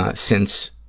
ah since,